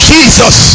Jesus